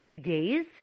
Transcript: days